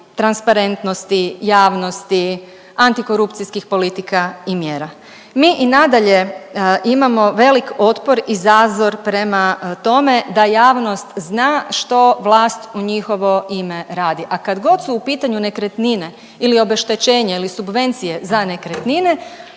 transparentnosti, javnosti, antikorupcijskih politika i mjera. Mi i nadalje imamo velik otpor i zazor prema tome da javnost zna što vlast u njihovo ime radi, a kad god su u pitanju nekretnine ili obeštećenje ili subvencije za nekretnine